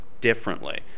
differently